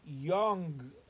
young